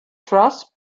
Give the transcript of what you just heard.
truss